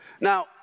Now